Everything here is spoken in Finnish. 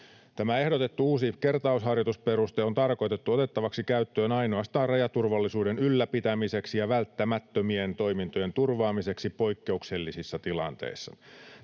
Tämä ehdotettu uusi kertausharjoitusperuste on tarkoitettu otettavaksi käyttöön ainoastaan rajaturvallisuuden ylläpitämiseksi ja välttämättömien toimintojen turvaamiseksi poikkeuksellisissa tilanteissa.